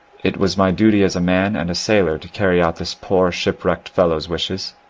it was my duty as a man and a sailor to carry out this poor shipwrecked fellow's wishes.